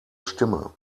stimme